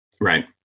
Right